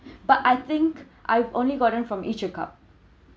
but I think I've only gotten from each a cup